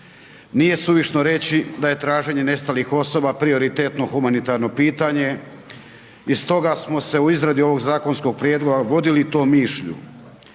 Nije suvišno reći da je traženje nestalih osoba prioritetno humanitarno pitanje i stoga smo se u izradi ovog zakonskog prijedloga vodili tom mišlju.